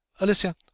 Alicia